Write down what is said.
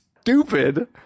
stupid